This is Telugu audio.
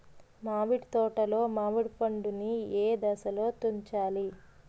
మామిడి తోటలో మామిడి పండు నీ ఏదశలో తుంచాలి?